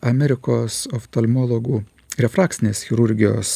amerikos oftalmologų refrakcinės chirurgijos